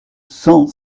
cent